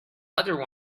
other